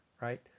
right